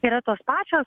yra tos pačios